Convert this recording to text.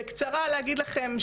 בקצרה להגיד לכם,